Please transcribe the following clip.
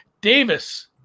Davis